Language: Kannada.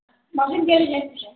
ಮಗನ್ನ ಕೇಳಿ ಹೇಳ್ತೀನಿ